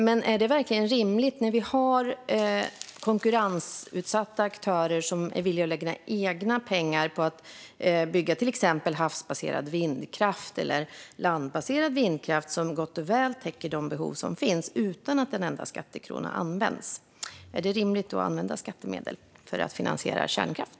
Men är detta verkligen rimligt, när vi har konkurrensutsatta aktörer som är villiga att lägga egna pengar på att bygga till exempel havsbaserad vindkraft eller landbaserad vindkraft och man gott och väl täcker de behov som finns utan att en enda skattekrona används? Är det rimligt att använda skattemedel för att finansiera kärnkraft?